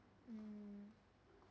mm